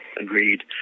agreed